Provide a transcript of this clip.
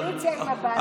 עשיתם קואליציה עם עבאס,